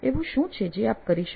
એવું શું છે જે આપ કરી શકો